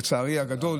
לצערי הגדול,